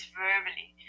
verbally